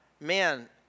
man